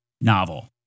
novel